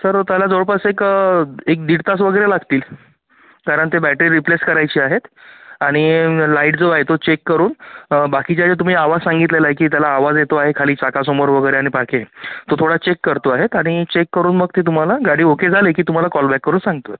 sir त्याला जवळपास एक एक दीड तास वगैरे लागतील कारण ते बॅटरी रिप्लेस करायची आहेत आणि लाईट जो आहे तो चेक करून बाकीच्या यायात तुम्ही आवाज सांगितलेला आहे की त्याला आवाज येतो आहे खाली चाकासमोर वगैरे आणि पाके तो थोडा चेक करतो आहेत आणि चेक करून मग ते तुम्हाला गाडी ओके झाली की तुम्हाला कॉल बॅक करून सांगतो आहे